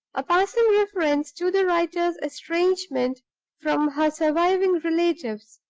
a passing reference to the writer's estrangement from her surviving relatives,